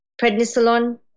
prednisolone